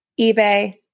eBay